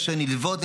שנלוות,